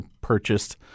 purchased